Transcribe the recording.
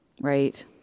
Right